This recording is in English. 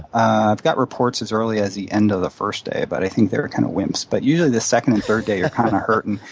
i've got reports as early as the end of the first day, but i think they were kind of wimps. but usually the second and third day, you're kind of hurting.